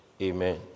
Amen